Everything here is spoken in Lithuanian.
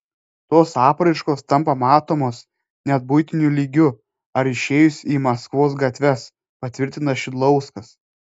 tos apraiškos tampa matomos net buitiniu lygiu ar išėjus į maskvos gatves patvirtina šidlauskas